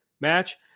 match